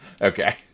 Okay